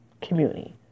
community